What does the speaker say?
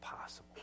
possible